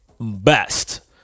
best